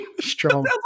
Strong